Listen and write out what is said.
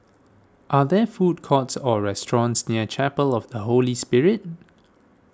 are there food courts or restaurants near Chapel of the Holy Spirit